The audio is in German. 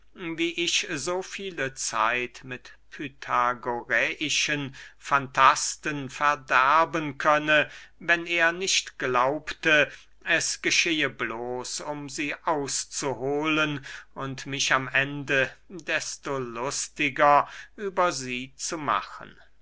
wie ich so viele zeit mit pythagoräischen fantasten verderben könne wenn er nicht glaubte es geschehe bloß um sie auszuhohlen und mich am ende desto lustiger über sie zu machen